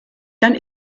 dann